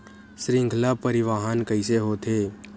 श्रृंखला परिवाहन कइसे होथे?